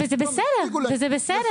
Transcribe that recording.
(נושאת דברים בשפת